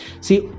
See